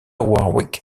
warwick